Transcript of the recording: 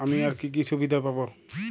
আমি আর কি কি সুবিধা পাব?